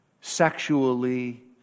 sexually